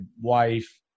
wife